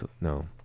No